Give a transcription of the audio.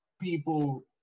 people